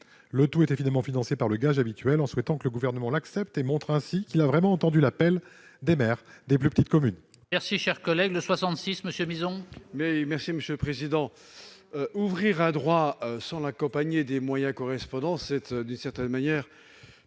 est évidemment financé par le gage habituel, en souhaitant que le Gouvernement l'accepte et montre ainsi qu'il a vraiment entendu l'appel des maires de ces petites communes.